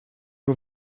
nur